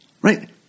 right